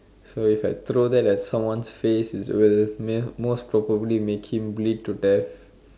so if I throw that at someone's face it will most probably make him bleed to death